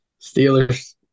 Steelers